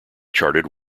charted